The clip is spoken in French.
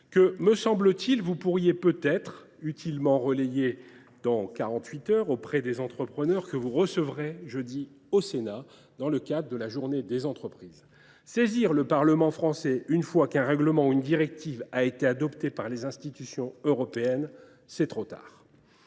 que, me semble t il, vous pourriez peut être utilement relayer dans quarante huit heures auprès des entrepreneurs que vous recevrez jeudi au Sénat dans le cadre de la Journée des entreprises. Saisir le Parlement français une fois qu’un règlement ou une directive a été adopté par les institutions européennes, c’est trop tard.